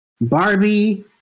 Barbie